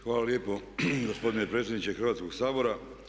Hvala lijepo gospodine predsjedniče Hrvatskog sabora.